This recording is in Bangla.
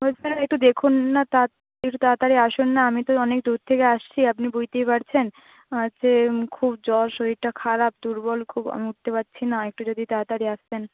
বলছি স্যার একটু দেখুন না একটু তাড়াতাড়ি আসুন না আমি তো অনেক দূর থেকে আসছি আপনি বুঝতেই পারছেন আর যে খুব জ্বর শরীরটা খারাপ দুর্বল খুব আমি উঠতে পারছি না একটু যদি তাড়াতাড়ি আসতেন